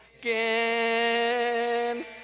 again